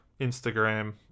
Instagram